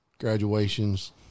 graduations